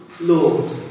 Lord